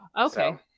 Okay